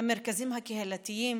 את המרכזים הקהילתיים,